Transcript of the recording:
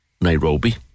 Nairobi